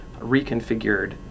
reconfigured